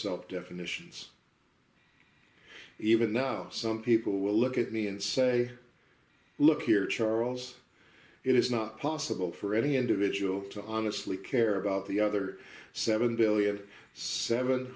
self definitions even now some people will look at me and say look here charles it is not possible for any individual to honestly care about the other seven billion seven